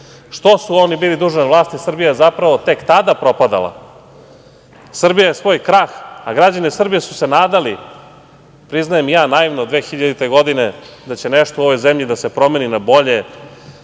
su oni bili duže na vlasti Srbija je zapravo tek tada propadala. Srbija je svoj krah, a građani Srbije su se nadali, priznajem i ja, naivno 2000. godine da će nešto u ovoj zemlji da se promeni na bolje.